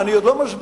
אני עוד לא מסביר,